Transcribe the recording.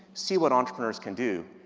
see what entrepreneurs can do,